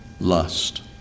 lust